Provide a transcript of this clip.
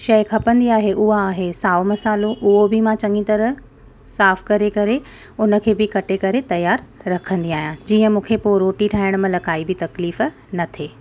शइ खपंदी आहे उहा आहे साओ मसाल्हो उहो बि मां चङी तरह साफ़ु करे करे हुनखे बि कटे करे तियारु रखंदी आहियां जीअं मूंखे पोइ रोटी ठाहिणु महिल काई बि तकलीफ़ु न थिए